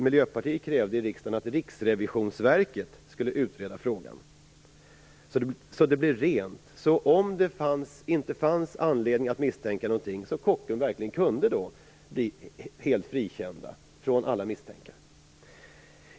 Miljöpartiet krävde i riksdagen att Riksrevisionsverket skulle utreda frågan så att det blev rent, så att Kockums verkligen kunde bli helt frikänt från alla misstankar, om det nu inte fanns anledning att misstänka något.